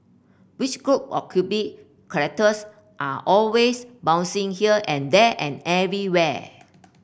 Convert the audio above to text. which group of characters are always bouncing here and there and everywhere